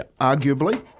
arguably